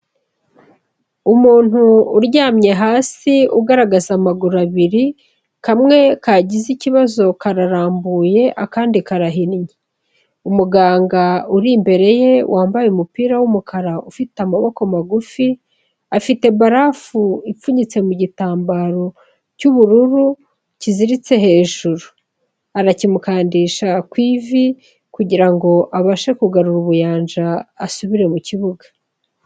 Umuntu uryamye hasi ugaragaza amaguru abiri, kamwe kagize ikibazo kararambuye, akandi karahinnye. umuganga uri imbere ye wambaye umupira w'umukara ufite amaboko magufi, afite barafu ipfunyitse mu gitambaro cy'ubururu kiziritse hejuru, arakimukandisha ku ivi kugira ngo abashe kugarura ubuyanja asubire mu kibuga.